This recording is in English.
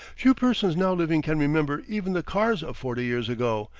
few persons now living can remember even the cars of forty years ago,